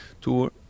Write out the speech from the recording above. tour